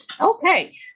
okay